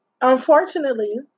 unfortunately